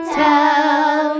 tell